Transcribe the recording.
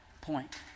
point